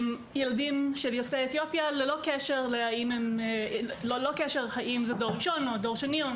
ילדים של יוצאי אתיופיה ללא קשר האם זה דור ראשון או דור שני.